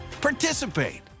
participate